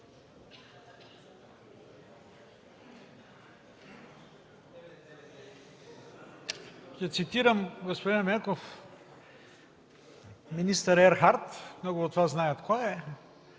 Ще цитирам господин Ерменков, министър Ерхард, много от Вас знаят кой е,